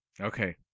Okay